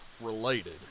related